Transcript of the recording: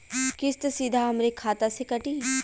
किस्त सीधा हमरे खाता से कटी?